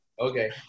Okay